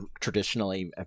traditionally